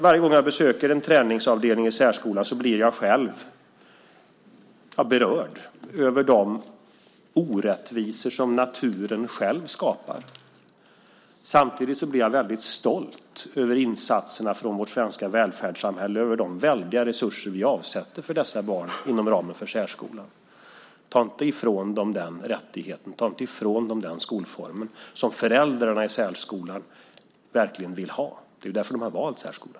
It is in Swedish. Varje gång jag besöker en träningsavdelning i särskolan blir jag själv berörd av de orättvisor som naturen själv skapar. Samtidigt blir jag väldigt stolt över insatserna från vårt svenska välfärdssamhälle, över de väldiga resurser vi avsätter för dessa barn inom ramen för särskolan. Ta inte ifrån dem den rättigheten! Ta inte ifrån dem den skolformen, som föräldrarna i särskolan verkligen vill ha! Det är därför de har valt särskolan.